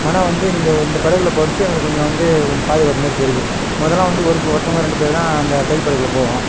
ஆனால் வந்து இந்த இந்தப் படகில் போகிறது எங்களுக்கு கொஞ்சம் வந்து கொஞ்சம் பாதுகாப்பு மாதிரி தெரியுது முதலாம் வந்து ஒரு ஒருத்தவங்கள் ரெண்டு பேர் தான் அந்த கைப்படகில் போவோம்